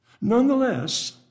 Nonetheless